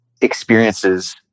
experiences